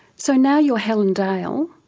so now you're helen dale.